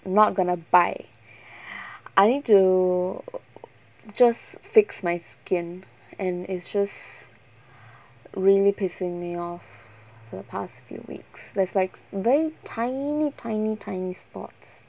not gonna buy I need to just fix my skin and it's just really pissing me off for the past few weeks there's like very tiny tiny tiny spots